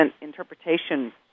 interpretation